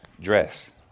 dress